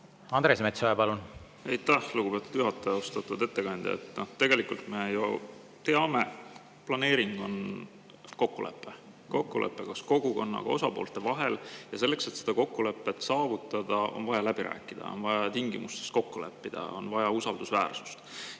Andres Metsoja, palun! Aitäh, lugupeetud juhataja! Austatud ettekandja! Tegelikult me ju teame, et planeering on kokkulepe, kokkulepe koos kogukonnaga osapoolte vahel. Selleks, et kokkulepet saavutada, on vaja läbi rääkida, on vaja tingimustes kokku leppida, on vaja usaldusväärsust.